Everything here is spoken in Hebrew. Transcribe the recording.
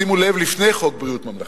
שימו לב: לפני חוק ביטוח בריאות ממלכתי.